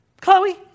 Chloe